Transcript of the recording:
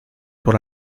por